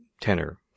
tenor